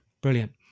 Brilliant